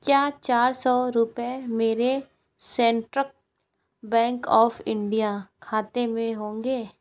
क्या चार सौ रुपये मेरे सेंट्रक बैंक ऑफ इंडिया खाते में होंगे